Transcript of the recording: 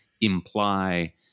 imply